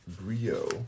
Brio